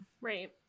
Right